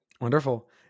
Wonderful